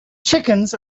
chickens